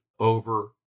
over